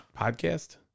podcast